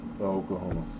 Oklahoma